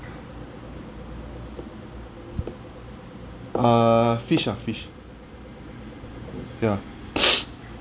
err fish ah fish ya